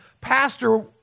Pastor